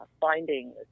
finding